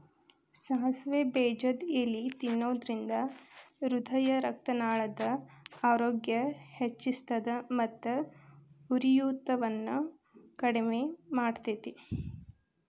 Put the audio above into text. ಸಾಸಿವೆ ಬೇಜದ ಎಲಿ ತಿನ್ನೋದ್ರಿಂದ ಹೃದಯರಕ್ತನಾಳದ ಆರೋಗ್ಯ ಹೆಚ್ಹಿಸ್ತದ ಮತ್ತ ಉರಿಯೂತವನ್ನು ಕಡಿಮಿ ಮಾಡ್ತೆತಿ